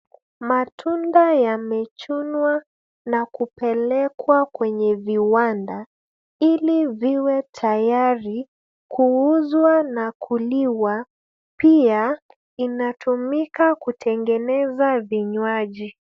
Matunda yamechunwa na kupelekwa kwenye viwanda. Huko yanaandaliwa ili yawe tayari kuuzwa na kuliwa, na pia hutumika kutengeneza vinywaji.